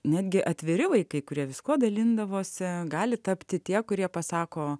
netgi atviri vaikai kurie viskuo dalindavosi gali tapti tie kurie pasako